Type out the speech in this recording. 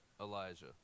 Elijah